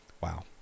Wow